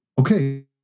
okay